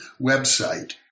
website